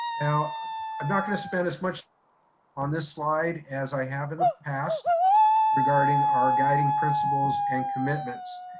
now i'm not gonna spend as much on this slide as i have in the past regarding our guiding principles and commitments.